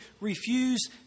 refuse